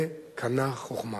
זה קנה חוכמה.